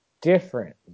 different